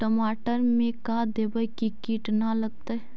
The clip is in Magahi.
टमाटर में का देबै कि किट न लगतै?